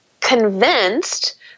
convinced